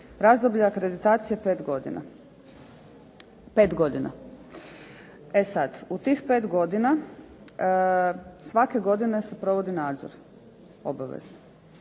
Razdoblje akreditacije je 5 godina, 5 godina. E sad, u tih 5 godina svake godine se provodi nadzor obavezan.